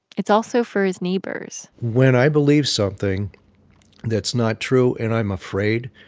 it's also for his neighbors when i believe something that's not true and i'm afraid,